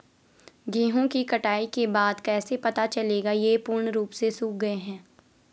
गेहूँ की कटाई के बाद कैसे पता चलेगा ये पूर्ण रूप से सूख गए हैं?